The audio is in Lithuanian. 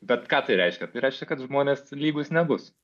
bet ką tai reiškia tai reiškia kad žmonės lygūs nebus